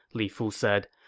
li fu said.